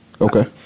Okay